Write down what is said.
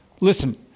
Listen